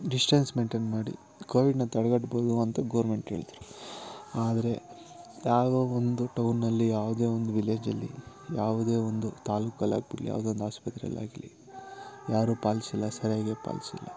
distance maintain ಮಾಡಿ ಕೋವಿಡನ್ನ ತಡೆಗಟ್ಬೋದು ಅಂತ ಗೋರ್ಮೆಂಟ್ ಹೇಳಿದ್ರು ಆದರೆ ಯಾವ ಒಂದು ಟೌನಲ್ಲಿ ಯಾವುದೇ ಒಂದು ವಿಲೇಜಲ್ಲಿ ಯಾವುದೇ ಒಂದು ತಾಲೂಕಲ್ಲಿ ಆಗಿಬಿಡ್ಲಿ ಯಾವುದೇ ಒಂದು ಆಸ್ಪತ್ರೆಯಲ್ ಆಗಲಿ ಯಾರೂ ಪಾಲಿಸಿಲ್ಲ ಸರಿಯಾಗಿ ಪಾಲಿಸಿಲ್ಲ